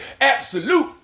absolute